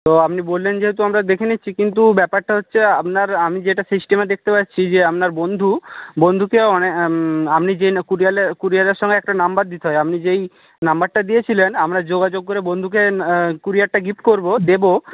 তো আপনি বললেন যেহেতু আমরা দেখে নিচ্ছি কিন্তু ব্যাপারটা হচ্ছে আপনার আমি যেটা সিস্টেমে দেখতে পাচ্ছি যে আপনার বন্ধু বন্ধুকে আপনি যে ক্যুরিয়ারে ক্যুরিয়ারের সঙ্গে একটা নম্বর দিতে হয় আপনি যেই নম্বরটা দিয়েছিলেন আমরা যোগাযোগ করে বন্ধুকে ক্যুরিয়ারটা গিফট করবো দেব